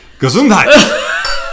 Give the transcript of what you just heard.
Gesundheit